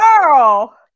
Girl